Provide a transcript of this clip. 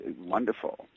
wonderful